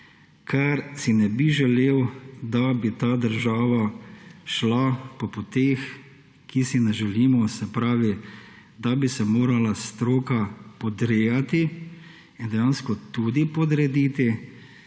ker si ne bi želel, da bi ta država šla po poteh, ki si jih ne želimo, se pravi da bi se morala stroka podrejati in dejansko tudi podrediti